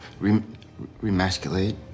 remasculate